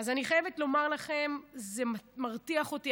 אז אני חייבת לומר לכם, זה מרתיח אותי.